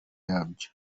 yabyo